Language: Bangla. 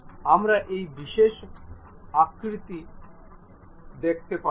আমাদের এই বিশেষ আকৃতি আছে